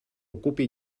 ocupi